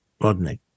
Rodney